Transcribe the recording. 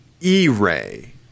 E-Ray